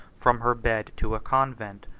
from her bed to a convent,